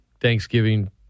Thanksgiving